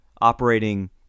operating